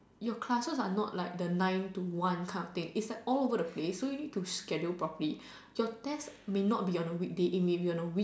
your classes are not like the nine to one kind of thing it's like all over the place so you need to schedule properly your test may not be on a weekday it may be on a week